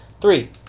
three